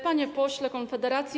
Panie Pośle Konfederacji!